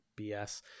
BS